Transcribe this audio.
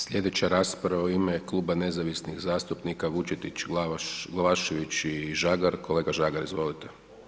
Slijedeća rasprava u ime Kluba nezavisnih zastupnika, Vučetić, Glavašević i Žagar, kolega Žagar, izvolite.